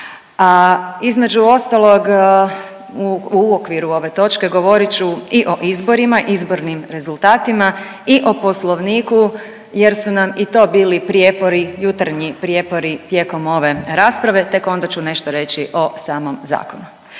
a između ostalog, u okviru ove točke govorit ću i o izborima, izbornim rezultatima i o Poslovniku jer su nam i to bili prijepori, jutarnji prijepori tijekom ove rasprave, tek onda ću nešto reći o samom zakonu.